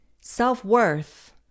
self-worth